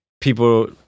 people